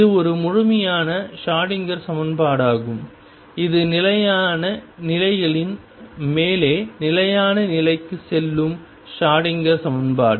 இது ஒரு முழுமையான ஷ்ரோடிங்கர் சமன்பாடாகும் இது நிலையான நிலைகளின் மேலே நிலையான நிலைக்குச் செல்லும் ஷ்ரோடிங்கர் சமன்பாடு